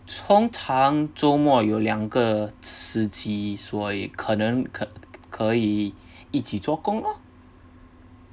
通常周末有两个时期所以可能可以一起做工咯